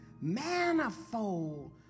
manifold